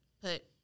put